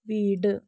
വീട്